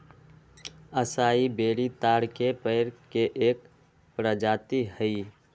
असाई बेरी ताड़ के पेड़ के एक प्रजाति हई